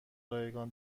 رایگان